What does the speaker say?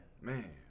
Man